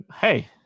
hey